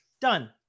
done